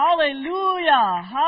Hallelujah